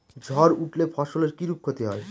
ঝড় উঠলে ফসলের কিরূপ ক্ষতি হয়?